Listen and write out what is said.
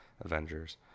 Avengers